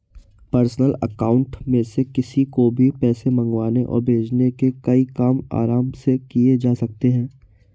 personal account में से किसी को भी पैसे मंगवाने और भेजने के कई काम आराम से किये जा सकते है